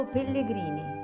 Pellegrini